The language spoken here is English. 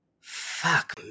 Fuck